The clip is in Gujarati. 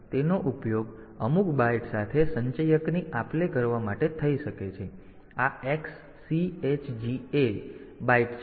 તેથી તેનો ઉપયોગ અમુક બાઈટ સાથે સંચયકની આપ લે કરવા માટે થઈ શકે છે તેથી આ XCHG A બાઈટ છે